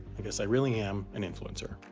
i guess i really am an influencer.